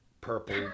purple